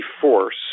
force